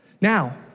Now